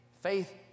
Faith